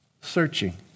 searching